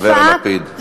החבר לפיד, תודה.